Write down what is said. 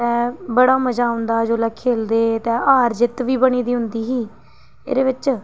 ते बड़ा मजा आंदा हा जेल्लै खेलदे हे ते हार जित्त बी बनी दी होंदी ही एह्दे बिच्च